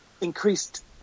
increased